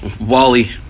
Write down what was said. Wally